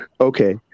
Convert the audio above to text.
okay